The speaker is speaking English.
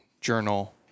journal